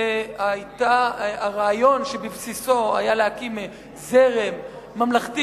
הרעיון שבסיסו היה הרצון להקים זרם ממלכתי